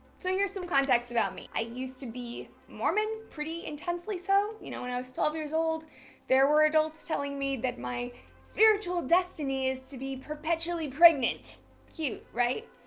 so here's some context about me. i used to be mormon pretty intensely so you know when i was twelve years old there were adults telling me that my spiritual destiny is to be perpetually pregnant cute, right?